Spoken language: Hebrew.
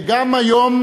לאפס.